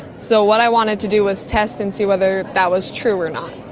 so what i wanted to do was test and see whether that was true or not.